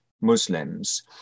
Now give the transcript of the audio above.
Muslims